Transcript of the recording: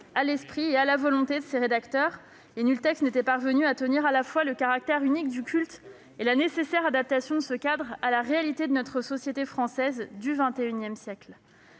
à l'esprit et à la volonté de ses rédacteurs. Nul texte n'était parvenu à exprimer à la fois le caractère unique du culte et la nécessaire adaptation de ce cadre à la réalité de notre société française du XXI siècle.